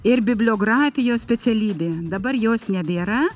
ir bibliografijos specialybė dabar jos nebėra